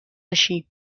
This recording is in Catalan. així